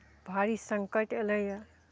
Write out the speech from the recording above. भारी सङ्कट अयलइए